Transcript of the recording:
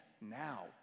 now